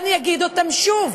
ואני אציג אותם שוב: